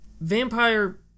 Vampire